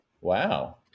Wow